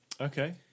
Okay